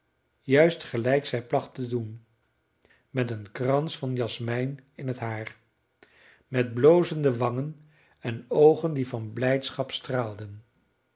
juist gelijk zij placht te doen met een krans van jasmijn in het haar met blozende wangen en oogen die van blijdschap straalden